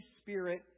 Spirit